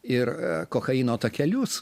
ir kokaino takelius